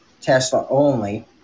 Tesla-only